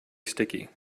sticky